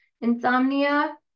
insomnia